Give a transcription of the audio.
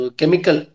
chemical